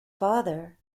father